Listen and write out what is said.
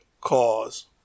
cause